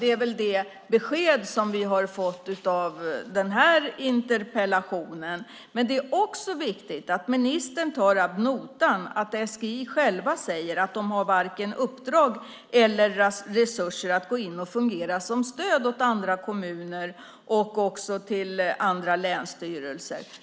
Det är väl det besked vi fått i denna interpellationsdebatt. Samtidigt är det viktigt att ministern tar SGI ad notam när de säger att de varken har uppdrag eller resurser för att gå in och fungera som stöd åt andra kommuner och länsstyrelser.